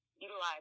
utilize